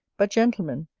but, gentlemen,